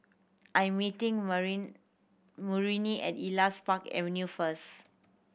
I am meeting marine Maurine at Elias Park Avenue first